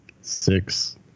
Six